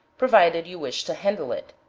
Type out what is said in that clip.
provided you wish to handle it.